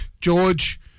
George